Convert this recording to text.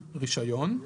רישיון";